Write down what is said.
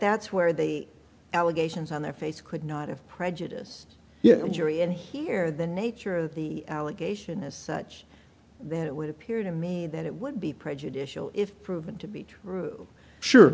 that's where the allegations on their face could not have prejudice jury and here the nature of the allegation is such that it would appear to me that it would be prejudicial if proven to be true sure